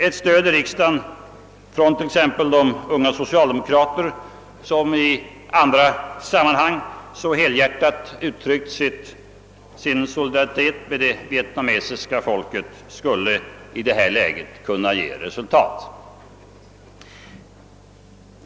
Ett stöd i riksdagen från t.ex. de unga socialdemokrater som i andra sammanhang så helhjärtat har uttryckt sin solidaritet med det vietnamesiska folket skulle i det här läget kunna ge resultat.